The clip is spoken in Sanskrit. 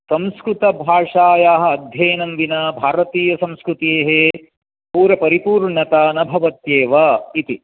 संस्कृतभाषायाः अध्ययनं विना भारतीयसंस्कृतेः पुर परिपूर्णता न भवत्येव इति